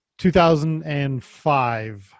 2005